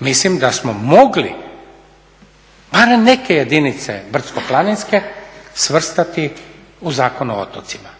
mislim da smo mogli barem neke jedinice brdsko-planinske svrstati u Zakon o otocima,